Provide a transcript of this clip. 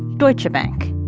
deutsche bank.